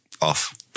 off